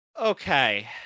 Okay